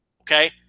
okay